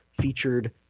featured